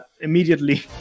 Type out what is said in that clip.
immediately